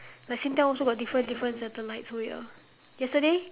like singtel also got different different satellites so ya yesterday